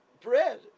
bread